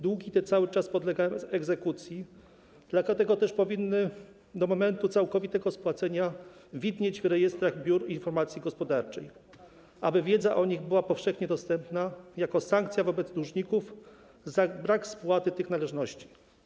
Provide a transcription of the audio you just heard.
Długi te cały czas podlegają egzekucji, dlatego też powinny do momentu całkowitego spłacenia widnieć w rejestrach biur informacji gospodarczej, aby wiedza o nich była powszechnie dostępna jako sankcja wobec dłużników za brak spłaty tych należności.